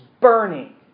burning